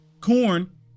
corn